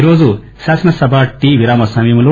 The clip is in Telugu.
ఈరోజు శాసనసభ టీ విరామ సమయంలో